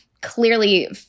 clearly